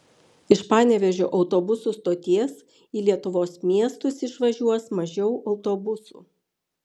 iš panevėžio autobusų stoties į lietuvos miestus išvažiuos mažiau autobusų